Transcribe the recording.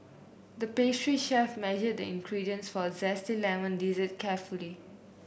the pastry chef measured the ingredients for a zesty lemon dessert carefully